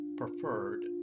preferred